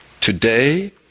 today